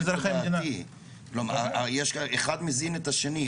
אחד מזין את השני.